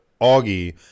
Augie